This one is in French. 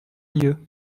lieues